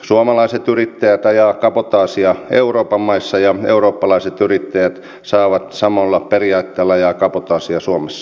suomalaiset yrittäjät ajavat kabotaasia euroopan maissa ja eurooppalaiset yrittäjät saavat samoilla periaatteilla ajaa kabotaasia suomessa